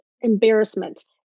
embarrassment